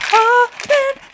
open